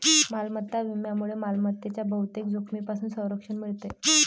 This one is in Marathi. मालमत्ता विम्यामुळे मालमत्तेच्या बहुतेक जोखमींपासून संरक्षण मिळते